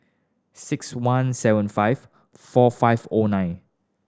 six one seven five four five O nine